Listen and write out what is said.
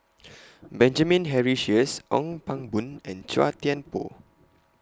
Benjamin Henry Sheares Ong Pang Boon and Chua Thian Poh